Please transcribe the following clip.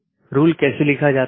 तो यह कुछ सूचित करने जैसा है